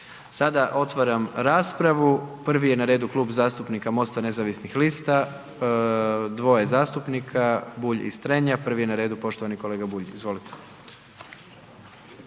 Sada otvaram raspravu. Prvi je na redu Klub zastupnika MOST-a nezavisnih lista, dvoje zastupnika, Bulj i Strenja, prvi je na redu poštovani kolega Bulj. Izvolite.